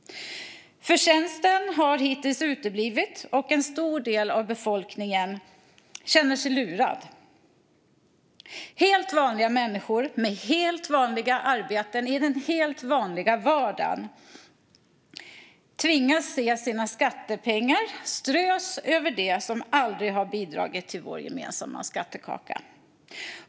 Förtjänsten har hittills uteblivit, och en stor del av befolkningen känner sig lurad. Helt vanliga människor med helt vanliga arbeten i den helt vanliga vardagen tvingas se sina skattepengar strös över dem som aldrig har bidragit till vår gemensamma skattekaka.